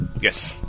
Yes